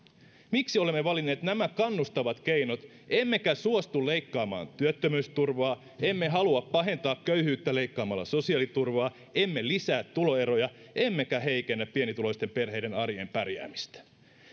miksi olemme valinneet nämä kannustavat keinot emmekä suostu leikkaamaan työttömyysturvaa emme halua pahentaa köyhyyttä leikkaamalla sosiaaliturvaa emme lisää tuloeroja emmekä heikennä pienituloisten perheiden arjen pärjäämistä